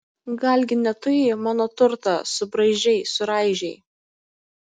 galgi ne tu jį mano turtą subraižei suraižei